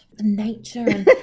nature